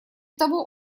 того